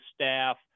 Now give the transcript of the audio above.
staff